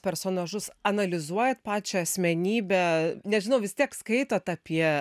personažus analizuojat pačią asmenybę nežinau vis tiek skaitot apie